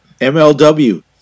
MLW